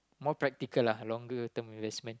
more practical lah longer term investment